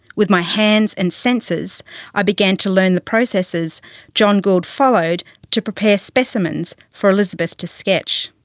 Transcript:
with my hands and senses i began to learn the processes john gould followed to prepare specimens for elizabeth to sketch.